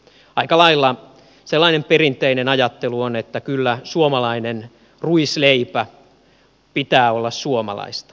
aika lailla sellainen perinteinen ajattelu on että kyllä suomalaisen ruisleivän pitää olla suomalaista